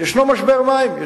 יש משבר מים.